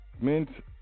Mint